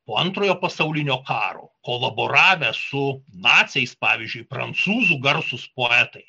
po antrojo pasaulinio karo kolaboravę su naciais pavyzdžiui prancūzų garsūs poetai